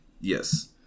Yes